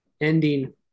ending